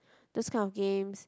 those kind of games